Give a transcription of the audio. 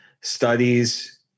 studies